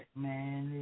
man